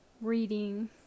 reading